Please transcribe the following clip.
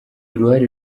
uruhare